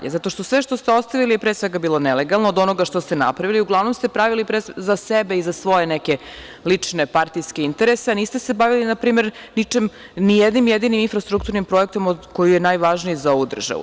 Jer, sve što ste ostavili je pre svega bilo nelegalno, od onoga što ste napravili i uglavnom ste pravili za sebe i za neke svoje lične, partijske interese, a niste se bavili, na primer, ni jednim jedinim infrastrukturnim projektom koji je najvažniji za ovu državu.